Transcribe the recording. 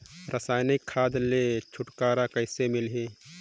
रसायनिक खाद ले छुटकारा कइसे मिलही?